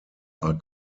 are